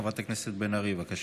חברת הכנסת בן ארי, בבקשה.